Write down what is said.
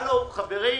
חברים,